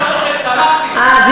אני לא צוחק, שמחתי.